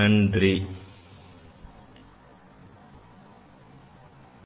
Thank you for your attention